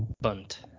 Bunt